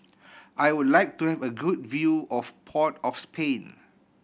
I would like to have a good view of Port of Spain